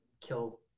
kill